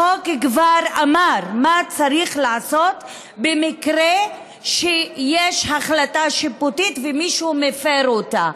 החוק כבר אמר מה צריך לעשות במקרה שיש החלטה שיפוטית ומישהו מפר אותה,